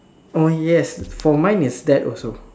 oh yes for mine is that also